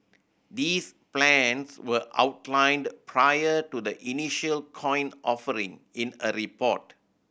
these plans were outlined prior to the initial coin offering in a report